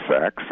sex